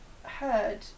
heard